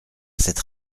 cette